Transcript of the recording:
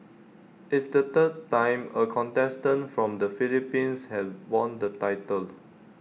it's the third time A contestant from the Philippines have won the title